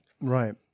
right